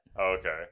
Okay